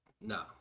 no